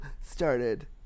started